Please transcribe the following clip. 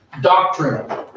doctrine